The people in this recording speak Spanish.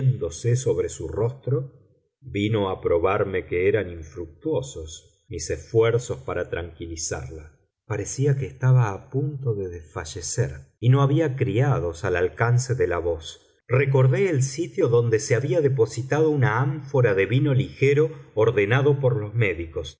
mortal extendiéndose sobre su rostro vino a probarme que eran infructuosos mis esfuerzos para tranquilizarla parecía que estaba a punto de desfallecer y no había criados al alcance de la voz recordé el sitio donde se había depositado una ánfora de vino ligero ordenado por los médicos